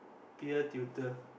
peer tutor